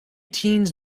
teens